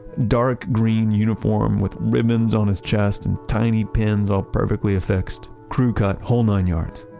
dark green uniform with ribbons on his chest and tiny pins all perfectly affixed, crew cut, whole nine yards.